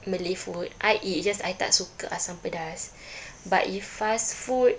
malay food I eat it's just I tak suka asam pedas but if fast food